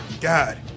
God